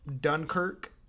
Dunkirk